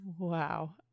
Wow